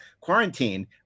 quarantine